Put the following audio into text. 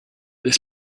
this